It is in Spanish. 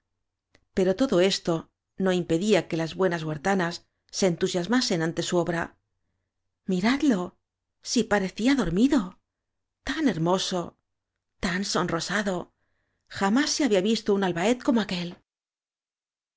pero todo esto no impedía que las buenas huertanas se entusiasmasen ante su obra mi radlo si parecía dormido tan hermoso tan sonrosado jamás se había visto un albaet como aquel